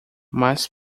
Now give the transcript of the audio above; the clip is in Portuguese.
mais